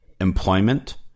employment